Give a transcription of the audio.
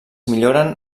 milloren